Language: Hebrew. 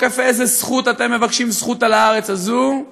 איזו זכות אתם מבקשים זכות על הארץ הזאת?